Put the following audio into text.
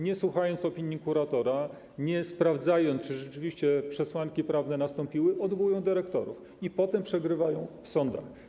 Nie słuchając opinii kuratora, nie sprawdzając, czy rzeczywiście przesłanki prawne wystąpiły, odwołują dyrektorów, a potem przegrywają w sądach.